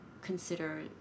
consider